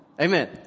Amen